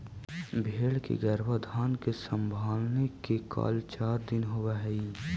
भेंड़ के गर्भाधान के संभावना के काल चार दिन के होवऽ हइ